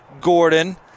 gordon